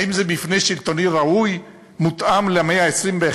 האם זה מבנה שלטוני ראוי, מותאם למאה ה-21,